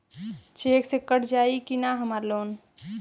Check से कट जाई की ना हमार लोन?